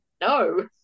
no